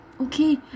Okay